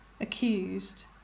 accused